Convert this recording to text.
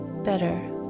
better